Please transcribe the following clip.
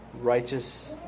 righteous